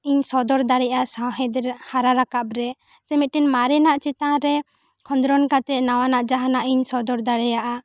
ᱤᱧ ᱥᱚᱫᱚᱨ ᱫᱟᱲᱮᱭᱟᱜᱼᱟ ᱥᱟᱶᱦᱮᱫ ᱦᱟᱨᱟ ᱨᱟᱠᱟᱵ ᱨᱮ ᱥᱮ ᱢᱤᱫ ᱴᱮᱱ ᱢᱟᱨᱮ ᱱᱟᱜ ᱪᱮᱛᱟᱱ ᱨᱮ ᱠᱷᱚᱸᱫᱽᱨᱚᱱ ᱠᱟᱛᱮᱜᱮ ᱱᱚᱣᱟ ᱱᱟᱜ ᱡᱟᱦᱟᱱᱟᱜ ᱤᱧ ᱥᱚᱫᱚᱨ ᱫᱟᱲᱮᱭᱟᱜᱼᱟ